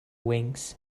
wings